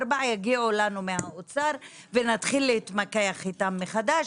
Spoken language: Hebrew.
יגיעו אלינו מהאוצר ונתחיל להתמקח איתם מחדש,